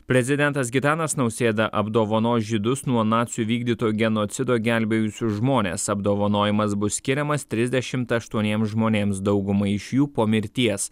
prezidentas gitanas nausėda apdovanos žydus nuo nacių vykdyto genocido gelbėjusius žmones apdovanojimas bus skiriamas trisdešimt aštuoniems žmonėms daugumai iš jų po mirties